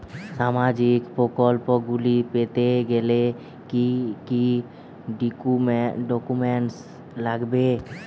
সামাজিক প্রকল্পগুলি পেতে গেলে কি কি ডকুমেন্টস লাগবে?